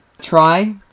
try